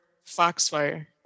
Foxfire